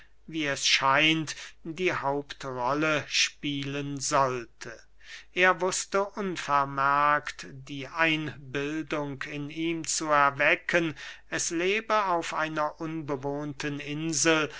die hauptrolle spielen sollte er wußte unvermerkt die einbildung in ihm zu erwecken es lebe auf einer unbewohnten insel